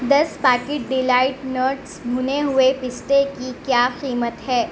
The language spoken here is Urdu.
دس پیکٹ ڈیلائیٹ نٹس بھنے ہوئے پستے کی کیا قیمت ہے